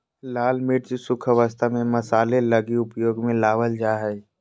लाल मिर्च शुष्क अवस्था में मसाले लगी उपयोग में लाबल जा हइ